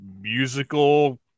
musical